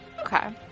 Okay